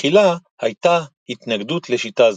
בתחילה הייתה התנגדות לשיטה זו,